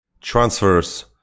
transfers